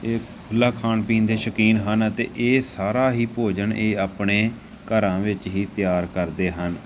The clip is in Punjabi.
ਇਹ ਖੁੱਲ੍ਹਾ ਖਾਣ ਪੀਣ ਦੇ ਸ਼ੌਕੀਨ ਹਨ ਅਤੇ ਇਹ ਸਾਰਾ ਹੀ ਭੋਜਨ ਇਹ ਆਪਣੇ ਘਰਾਂ ਵਿੱਚ ਹੀ ਤਿਆਰ ਕਰਦੇ ਹਨ